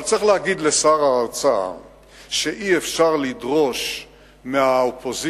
אבל צריך להגיד לשר האוצר שאי-אפשר לדרוש מהאופוזיציה